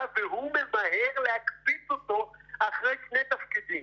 והוא ממהר להקפיץ אותו אחרי שני תפקידים.